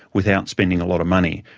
without spending a lot of money,